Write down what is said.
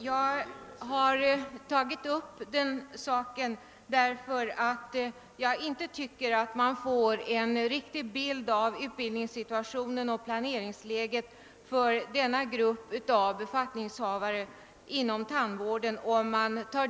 Jag har tagit upp denna sak därför att jag tycker att man vid läsningen av utskottets utlåtande inte får en riktig bild av utbildningssituationen och planeringsläget för denna grupp av befattningshavare inom tandvården.